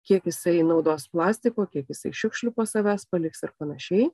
kiek jisai naudos plastiko kiek jisai šiukšlių po savęs paliks ir panašiai